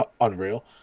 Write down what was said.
unreal